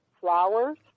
flowers